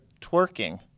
twerking